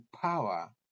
power